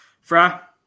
Fra